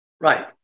Right